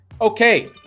Okay